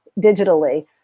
digitally